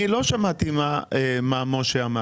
אני לא שמעתי מה אמר משה שגיא.